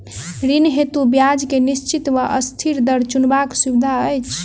ऋण हेतु ब्याज केँ निश्चित वा अस्थिर दर चुनबाक सुविधा अछि